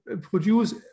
produce